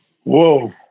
Whoa